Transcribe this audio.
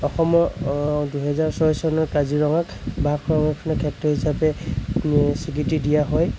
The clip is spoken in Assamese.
অসমৰ দুহেজাৰ ছয় চনত কাজিৰঙাক বাঘ সংৰক্ষণৰ ক্ষেত্ৰ হিচাপে স্বীকৃতি দিয়া হয়